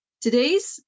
Today's